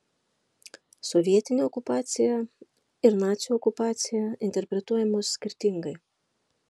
sovietinė okupacija ir nacių okupacija interpretuojamos skirtingai